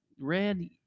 red